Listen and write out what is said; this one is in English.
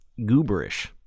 gooberish